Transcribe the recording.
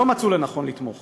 לא מצאו לנכון לתמוך